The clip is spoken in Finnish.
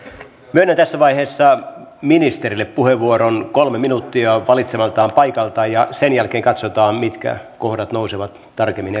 myönnän tässä vaiheessa ministerille puheenvuoron kolme minuuttia valitsemaltaan paikalta ja sen jälkeen katsotaan mitkä kohdat nousevat tarkemmin